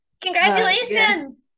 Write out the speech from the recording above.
Congratulations